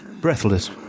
breathless